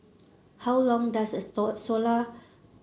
how long does a solar